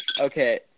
Okay